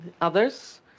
others